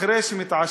אחרי שהוא מתעשת,